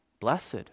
Blessed